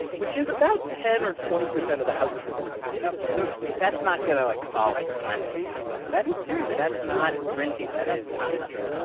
which is about ten or twenty percent of the houses in the country so that's not going to, like, solve climate change, but that is serious. that's not fringy. that is not nothing.